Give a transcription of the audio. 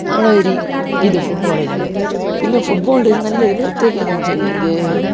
ഞങ്ങള് ഒരു ഇത് ഫുട്ബോള് ഇല്ലെങ്കിൽ പിന്നെ ഫുട്ബോളിൻ്റെ നല്ല പ്രത്യേകത എന്താന്ന് വെച്ചെങ്കിൽ